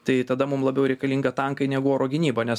tai tada mum labiau reikalinga tankai negu oro gynyba nes